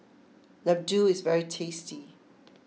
Laddu is very tasty